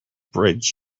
bridge